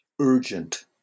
urgent